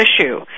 issue